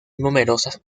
numerosas